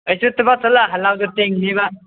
ꯑꯩꯁꯨ ꯊꯕꯛ ꯆꯠꯂ ꯍꯜꯂꯛꯄꯗꯨ ꯊꯦꯡꯅꯤꯕ